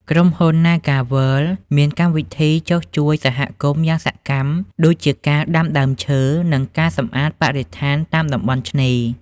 ក្រុមហ៊ុន ណាហ្គាវើលដ៍ (NagaWorld) មានកម្មវិធីចុះជួយសហគមន៍យ៉ាងសកម្ម ដូចជាការដាំដើមឈើ និងការសម្អាតបរិស្ថានតាមតំបន់ឆ្នេរ។